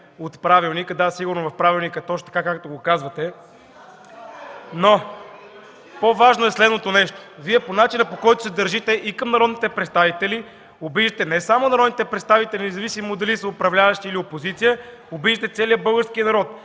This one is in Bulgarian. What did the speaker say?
от правилника. Да, сигурно в правилника е точно така, както го казвате, но по-важно е следното нещо – по начина, по който се държите към народните представители, обидихте не само народните представители, независимо дали са управляващи, или опозиция, а обидихте целия български народ.